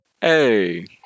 Hey